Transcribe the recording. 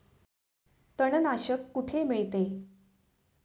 तणनाशक कुठे मिळते?